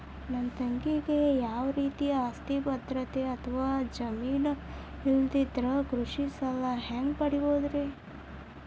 ನನ್ನ ತಂಗಿಗೆ ಯಾವ ರೇತಿಯ ಆಸ್ತಿಯ ಭದ್ರತೆ ಅಥವಾ ಜಾಮೇನ್ ಇಲ್ಲದಿದ್ದರ ಕೃಷಿ ಸಾಲಾ ಹ್ಯಾಂಗ್ ಪಡಿಬಹುದ್ರಿ?